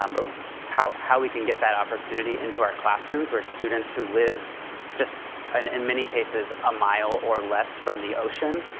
um but how how we can get that opportunity into our classroom, for students who live just, in and and many cases, a mile or less from the ocean,